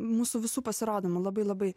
mūsų visų pasirodymų labai labai